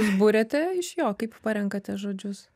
buriate iš jo kaip parenkate žodžius